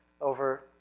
over